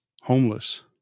homeless